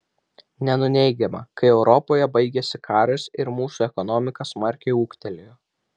nenuneigiama kai europoje baigėsi karas ir mūsų ekonomika smarkiai ūgtelėjo